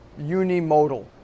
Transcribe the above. unimodal